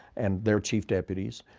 and their chief deputies,